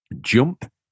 Jump